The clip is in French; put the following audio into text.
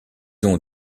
ont